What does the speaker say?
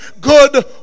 good